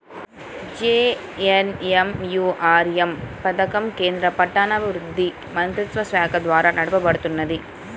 JNNURM పథకం కేంద్ర పట్టణాభివృద్ధి మంత్రిత్వశాఖ ద్వారా నడపబడుతున్నది